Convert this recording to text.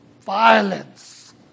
violence